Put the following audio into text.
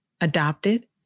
adopted